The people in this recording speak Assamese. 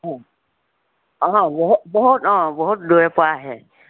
অ অ বহুত বহুত অ বহুত দূৰৈৰ পৰা আহে